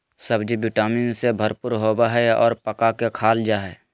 सब्ज़ि vitamin से भरपूर होबय हइ और पका के खाल जा हइ